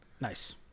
Nice